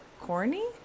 corny